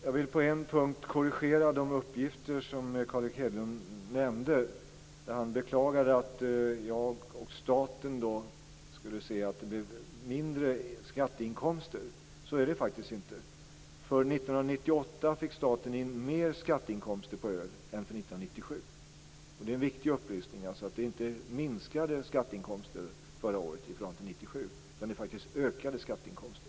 Fru talman! Jag vill korrigera de uppgifter som Carl Erik Hedlund nämnde på en punkt. Han beklagade att jag och staten skulle få se att det blev mindre skatteinkomster. Så är det faktiskt inte. Under 1998 fick staten in mer skatteinkomster på öl än under 1997. Det är en viktig upplysning. Det blev inte minskade skatteinkomster förra året i förhållande till 1997, utan de blev faktiskt ökade skatteinkomster.